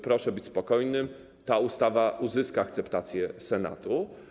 Proszę być spokojnym, ta ustawa uzyska akceptację Senatu.